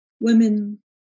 women